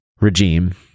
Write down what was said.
regime